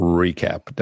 recap